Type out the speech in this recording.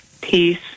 Peace